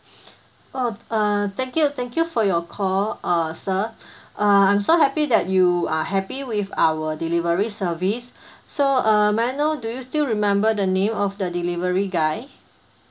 oh err thank you thank you for your call uh sir err I'm so happy that you are happy with our delivery service so err may I know do you still remember the name of the delivery guy